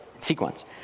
sequence